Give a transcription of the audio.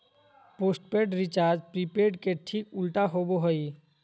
postpaid recharge prepaid के ठीक उल्टा होबो हइ